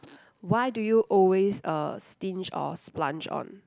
why do you always uh stinge or splurge on